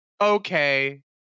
okay